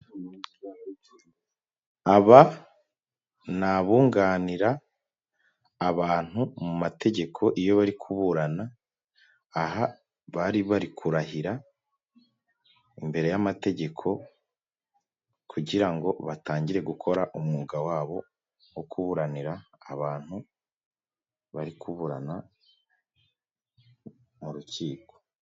Aba ni abunganira abantu mu mategeko iyo bari kuburana, aha bari bari kurahira imbere y'amategeko kugira ngo batangire gukora umwuga wabo wo kuburanira abantu bari kuburana mu rukiko.